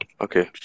Okay